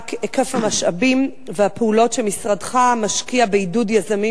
מה היקף המשאבים והפעולות שמשרדך משקיע בעידוד יזמים